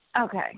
Okay